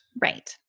Right